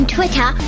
Twitter